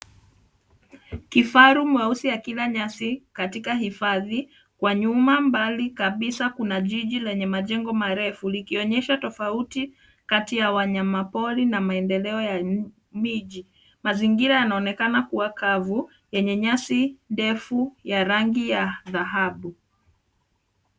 Kifaru mweusi akila nyasi katika hifadhi. Kwa nyuma mbali kabisa kuna jiji lenye majengo marefu likionyesha tofauti kati ya wanyamapori na maendeleo ya miji. Mazingira yanaonekana kuwa kavu yenye nyasi ndefu ya rangi ya dhahabu.